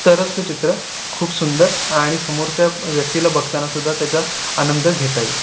तरच ते चित्र खूप सुंदर आणि समोरच्या व्यक्तीला बघतानासुध्दा त्याच्यात आनंद घेता येईल